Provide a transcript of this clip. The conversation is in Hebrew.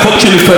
אתם יודעים מה?